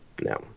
no